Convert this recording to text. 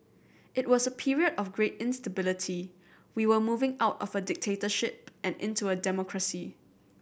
it was a period of great instability we were moving out of a dictatorship and into a democracy